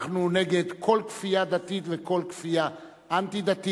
אנחנו נגד כל כפייה דתית וכל כפייה אנטי-דתית,